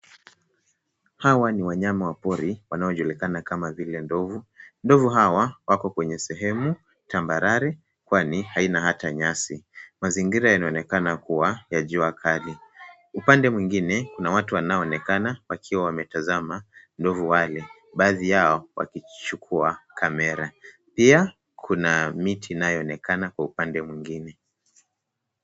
Hawa ni wanyama wa pori wanaojulikana kama vile ndovu. Ndovu hawa wako kwenye sehemu tambarare kwani haina hata nyasi. Mazingira yanaonekana kuwa ya jua kali. Upande mwingine kuna watu wanaoonekana wakiwa wametazama ndovu wale, baadhi yao wakichukua kamera. Pia kuna miti inayoonekana kwa upande mwingine.